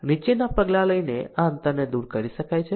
નીચેના પગલાં લઈને આ અંતરને દૂર કરી શકાય છે